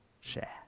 share